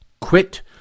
Quit